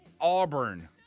Auburn